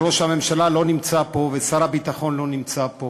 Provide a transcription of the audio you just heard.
וראש הממשלה לא נמצא פה ושר הביטחון לא נמצא פה,